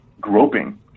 groping